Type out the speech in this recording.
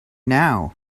now